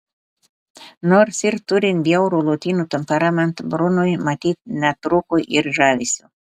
nors ir turint bjaurų lotynų temperamentą brunui matyt netrūko ir žavesio